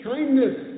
Kindness